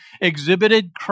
exhibited